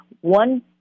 one